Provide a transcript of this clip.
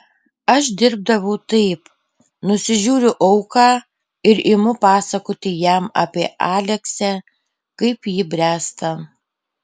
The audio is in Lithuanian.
aš dirbdavau taip nusižiūriu auką ir imu pasakoti jam apie aleksę kaip ji bręsta